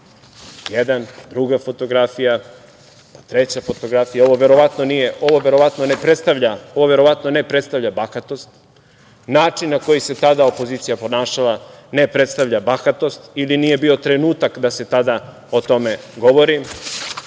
jedna, druga fotografija, treća fotografija. Ovo verovatno ne prestavlja bahatost, način na koji se tada opozicija ponašala ne predstavlja bahatost, ili nije bio trenutak da se tada o tome govori.